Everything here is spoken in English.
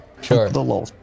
sure